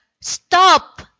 stop